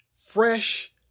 fresh